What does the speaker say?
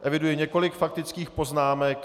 Eviduji několik faktických poznámek.